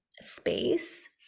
space